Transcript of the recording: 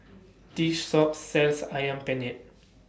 This Shop sells Ayam Penyet